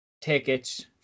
tickets –